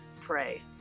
pray